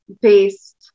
based